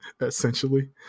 essentially